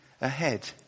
ahead